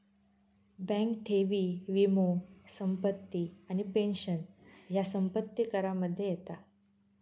bank ठेवी, वीमो, संपत्ती आणि पेंशन ह्या संपत्ती करामध्ये येता